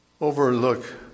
overlook